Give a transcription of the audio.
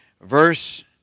verse